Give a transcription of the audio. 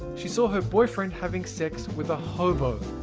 she saw her boyfriend having sex with a hobo!